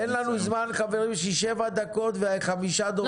אין לנו זמן חברים, יש לי שבע דקות וחמישה דוברים.